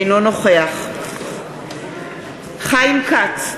אינו נוכח חיים כץ,